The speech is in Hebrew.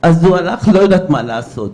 אז הוא הלך לא יודעת מה לעשות,